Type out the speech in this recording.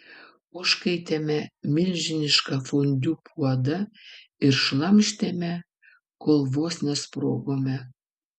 užkaitėme milžinišką fondiu puodą ir šlamštėme kol vos nesprogome